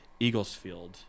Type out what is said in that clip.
Eaglesfield